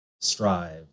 strive